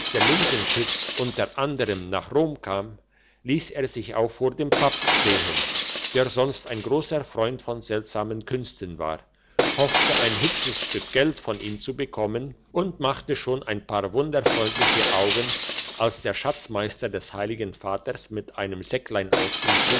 der linsenschütz unter anderm nach rom kam liess er sich auch vor dem papst sehen der sonst ein grosser freund von seltsamen künsten war hoffte ein hübsches stück geld von ihm zu beikommen und machte schon ein paar wunderfreundliche augen als der schatzmeister des heiligen vaters mit einem säcklein auf ihn